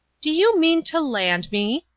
do you mean to land me?